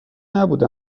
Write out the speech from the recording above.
نبوده